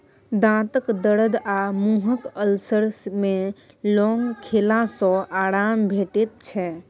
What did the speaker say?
दाँतक दरद आ मुँहक अल्सर मे लौंग खेला सँ आराम भेटै छै